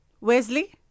Wesley